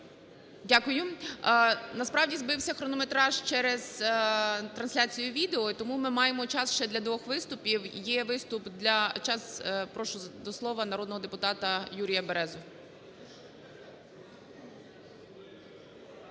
Дякую. Насправді збився хронометраж через трансляцію відео, і тому ми маємо час ще для двох виступів. Є виступ, час. Прошу до слова народного депутата Юрія Березу.